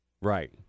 Right